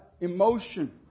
Emotion